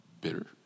bitter